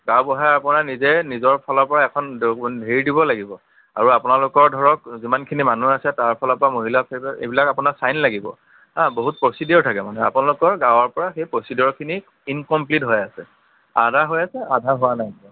গাঁওবুঢ়াই আপোনাৰ নিজেই নিজৰ ফালৰপৰা এখন হেৰি দিব লাগিব আৰু আপোনালোকৰ ধৰক যিমানখিনি মানুহ আছে তাৰ ফালৰপৰা মহিলাসকল এইবিলাক আপোনাৰ চাইন লাগিব আৰু বহুত প্ৰচিডিউৰ থাকে মানে আপোনালোকৰ গাঁৱৰপৰা সেই প্ৰচিডিউৰখিনি ইনকমপ্লিট হৈ আছে আধা হৈ আছে আধা হোৱা নাইকিয়া